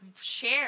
share